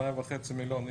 2.5 מיליון איש.